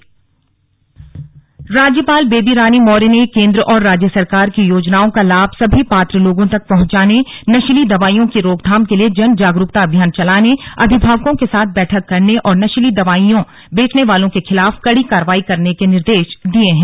slug राज्यपाल राज्यपाल बेबी रानी मौर्य ने केंद्र और राज्य सरकार की योजनाओं का लाभ सभी पात्र लोगों तक पहुंचाने नशीली दवाइयों की रोकथाम के लिए जन जागरूकता अभियान चलाने अभिभावकों के साथ बैठक करने और नशीली दवाइयां बेचने वालों के खिलाफ कड़ी कार्रवाई करने के निर्देश दिये हैं